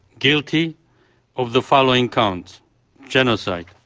guilty of the following counts genocide,